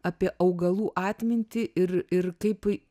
apie augalų atmintį ir ir kaip